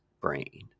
brain